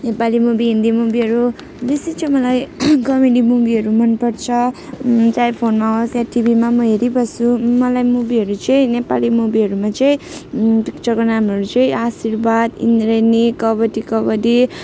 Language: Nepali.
नेपाली मुभी हिन्दी मुभीहरू बेसी चाहिँ मलाई कमेडी मुभीहरू मनपर्छ चाहे फोनमा होस् या टिभीमा म हेरिबस्छु मलाई मुभीहरू चाहिँ नेपाली मुभीहरूमा चाहिँ पिक्चरको नामहरू चाहिँ आशीर्वाद इन्द्रेणी कबड्डी कबड्डी